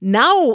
now